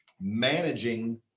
managing